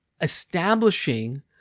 establishing